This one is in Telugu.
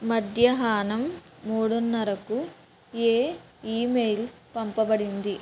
మధ్యాహ్నం మూడున్నరకు ఏ ఇమెయిల్ పంపబడింది